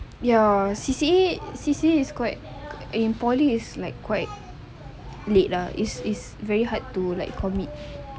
ya C_C_A C_C_A is quite in poly is like quite late lah it's it's very hard to commit